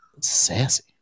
Sassy